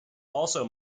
also